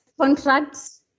contracts